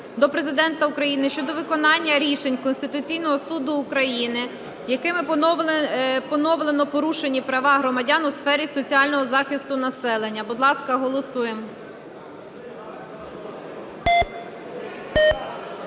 до Президента України щодо виконання рішень Конституційного Суду України, якими поновлено порушені права громадян у сфері соціального захисту населення. Будь ласка, голосуємо.